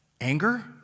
anger